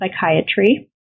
Psychiatry